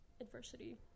adversity